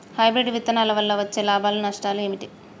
Hybrid విత్తనాల వల్ల వచ్చే లాభాలు నష్టాలు ఏమిటి?